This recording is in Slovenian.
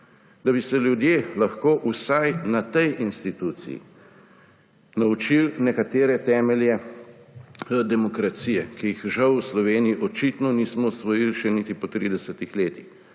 Da bi se ljudje lahko vsaj na tej instituciji naučili nekatere temelje demokracije, ki jih žal v Sloveniji očitno nismo usvojili še niti po 30 letih,